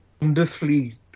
wonderfully